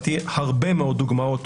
באמתחתי הרבה מאוד דוגמאות